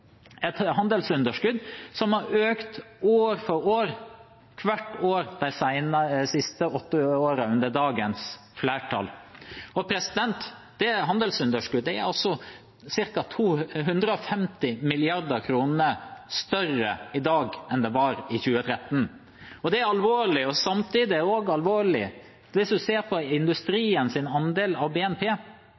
økt år for år hvert år de siste åtte årene under dagens flertall. Det handelsunderskuddet er ca. 250 mrd. kr større i dag enn det var i 2013. Det er alvorlig. Samtidig er det også alvorlig at industriens andel av BNP